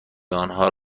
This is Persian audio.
آنها